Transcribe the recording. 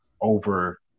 over